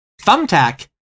Thumbtack